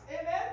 Amen